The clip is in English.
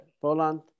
Poland